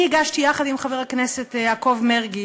אני הגשתי יחד עם חבר הכנסת יעקב מרגי